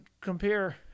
compare